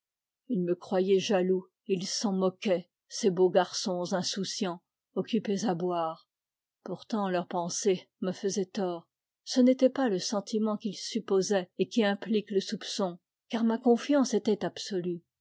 ils me croyaient jaloux et ils s'en moquaient ces beaux garçons insoucians occupés à boire pourtant leur pensée me faisait tort ce n'était pas le sentiment qu'ils supposaient et qui implique le soupçon car ma confiance était absolue